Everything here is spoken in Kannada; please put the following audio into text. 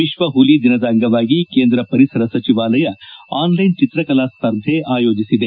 ವಿಶ್ವ ಹುಲಿ ದಿನದ ಅಂಗವಾಗಿ ಕೇಂದ್ರ ಪರಿಸರ ಸಚಿವಾಲಯ ಆನ್ ಲೈನ್ ಚಿತ್ರಕಲಾ ಸ್ಪರ್ಧೆ ಆಯೋಜಿಸಿದೆ